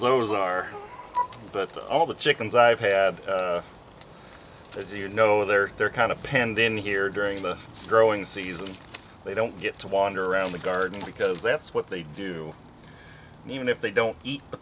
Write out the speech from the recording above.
are but all the chickens i've had as you know they're they're kind of penned in here during the growing season they don't get to wander around the garden because that's what they do even if they don't eat the